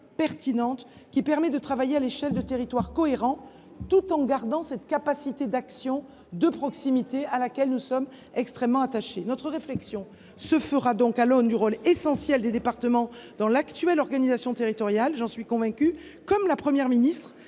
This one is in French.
pertinente, qui permet de travailler à l’échelle d’un territoire cohérent tout en conservant une capacité d’action de proximité à laquelle nous sommes extrêmement attachés. Notre réflexion se fera donc à l’aune du rôle essentiel des départements dans l’actuelle organisation territoriale. J’en suis convaincue, tout comme l’est la Première ministre,